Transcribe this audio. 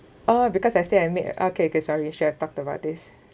orh because I say I made okay okay sorry should have talked about this